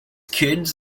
kids